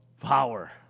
Power